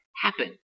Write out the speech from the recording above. happen